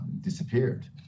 disappeared